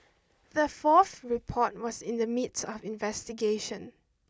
the fourth report was in the midst of investigation